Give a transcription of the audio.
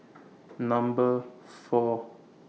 Number four